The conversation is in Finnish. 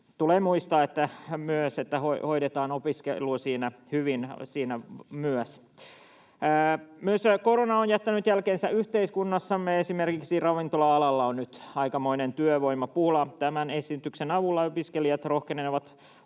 myös muistetaan, että hoidetaan opiskelu hyvin siinä myös. Korona on jättänyt jälkensä yhteiskunnassamme, ja esimerkiksi ravintola-alalla on nyt aikamoinen työvoimapula. Tämän esityksen avulla opiskelijat rohkenevat,